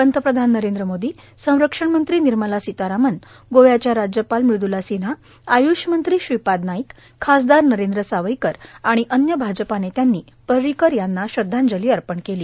पंतप्रधान नरेंद्र मोदी संरक्षण मंत्री निर्मला सीतारमन गोव्याचे राज्यपाल मृद्रला सिन्हा आय्ष मंत्री श्रीपाद नाईक खासदार नरेंद्र सावईकर आणि अन्य भाजपा नेत्यांनी पर्रिकर यांना श्रद्धांजली अर्पण केली